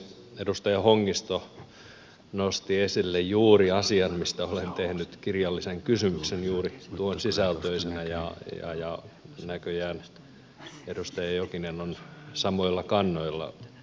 edustaja hongisto nosti esille juuri sen asian mistä olen tehnyt kirjallisen kysymyksen juuri tuon sisältöisenä ja näköjään edustaja jokinen on samoilla kannoilla